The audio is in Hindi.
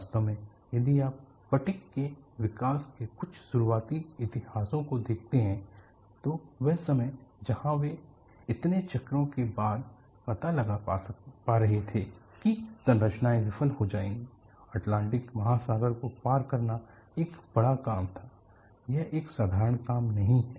वास्तव में यदि आप फटिग के विकास के कुछ शुरुआती इतिहासों को देखते हैं तो वह समय जहां वे इतने चक्रों के बाद पता लगा पा रहे थे कि संरचनाएं विफल हो जाएंगी अटलांटिक महासागर को पार करना एक बड़ा काम था यह एक साधारण काम नहीं है